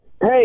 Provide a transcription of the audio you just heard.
Hey